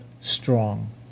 strong